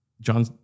John